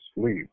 sleep